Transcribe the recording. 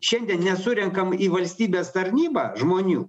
šiandien nesurenkam į valstybės tarnybą žmonių